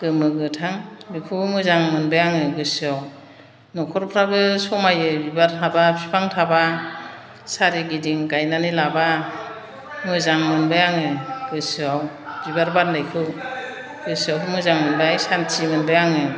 गोमो गोथां बेखौबो मोजां मोनबाय आङो गोसोआव न'खरफ्राबो समायो बिबार थाबा बिफां थाबा सारिगिदिं गायनानै लाबा मोजां मोनदों आङो गोसोआव बिबार बारनायखौ गोसोआव मोजां मोनबाय सान्थि मोनबाय आङो